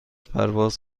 پرواز